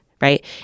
right